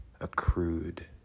accrued